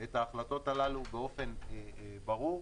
את ההחלטות הללו באופן ברור.